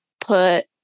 put